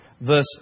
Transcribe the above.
verse